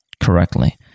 correctly